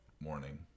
morning